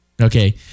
Okay